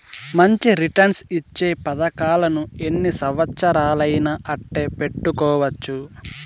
మంచి రిటర్న్స్ ఇచ్చే పతకాలను ఎన్ని సంవచ్చరాలయినా అట్టే పెట్టుకోవచ్చు